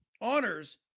honors